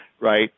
right